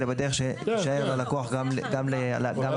אלא בדרך שתישאר ללקוח גם לעתיד.